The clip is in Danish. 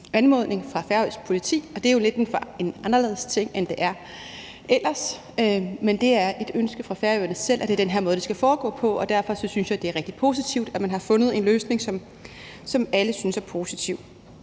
anmodning fra færøsk politi, og det er jo lidt en anderledes ting end ellers, men det er et ønske fra Færøerne selv, at det er det den her måde, det skal foregå på, og derfor synes jeg, det er rigtig positivt, at man har fundet en løsning, som alle synes er positiv.